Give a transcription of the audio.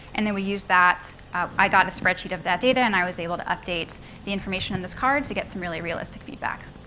and then we used that i got a spreadsheet of that data, and i was able to update the information in this card to get some really realistic feedback.